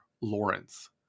Lawrence